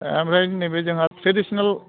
ए ओमफ्राय नैबे जोंहा थ्रेदिसनेल